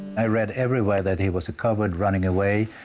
i read everywhere that he was a coward, running away,